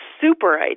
super